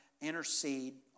intercede